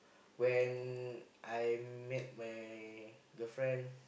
when I met my girlfriend